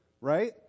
right